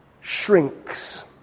shrinks